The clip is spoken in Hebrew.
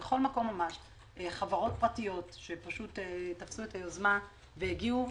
חברות פרטיות שתפסו את היוזמה והגיעו,